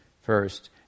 first